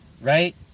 right